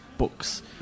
books